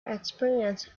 experience